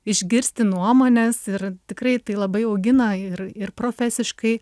išgirsti nuomones ir tikrai tai labai augina ir ir profesiškai